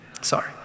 Sorry